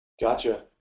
gotcha